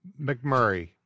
McMurray